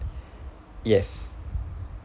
yes